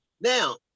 Now